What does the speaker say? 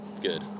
good